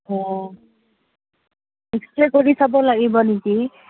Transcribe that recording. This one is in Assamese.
অঁ এক্সৰে কৰি দি চাব লাগিব নেকি